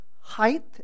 height